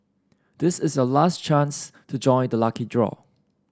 this is your last chance to join the lucky draw